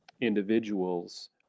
individuals